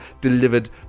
delivered